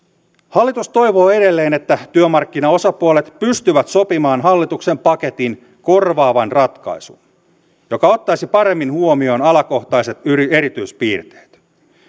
hallitus toivoo edelleen että työmarkkinaosapuolet pystyvät sopimaan hallituksen paketin korvaavan ratkaisun joka ottaisi paremmin huomioon alakohtaiset erityispiirteet